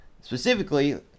specifically